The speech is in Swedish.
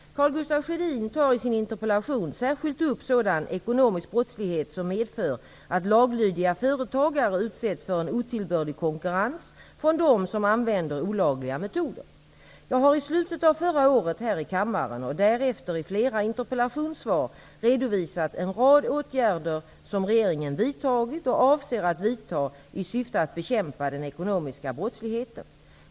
Karl Gustaf Sjödin tar i sin interpellation särskilt upp sådan ekonomisk brottslighet som medför att laglydiga företagare utsätts för en otillbörlig konkurrens från dem som använder olagliga metoder. Jag har i slutet av förra året här i kammaren, och därefter i flera interpellationssvar, redovisat en rad åtgärder som regeringen vidtagit och avser att vidta i syfte att bekämpa den ekonomiska brottsligheten.